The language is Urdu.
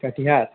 کٹیہار